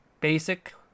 basic